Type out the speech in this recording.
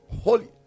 holy